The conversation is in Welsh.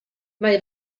mae